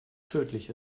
tödlich